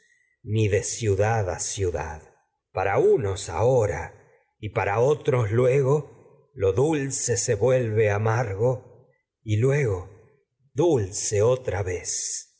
ni de ciudad a ciudad otros para y para luego lo dulce se vuelve amax go y luego con dulce otra vez